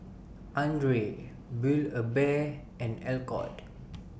Andre Build A Bear and Alcott